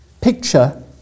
picture